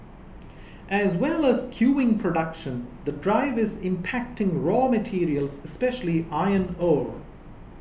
as well as skewing production the drive is impacting raw materials especially iron ore